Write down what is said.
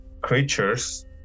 creatures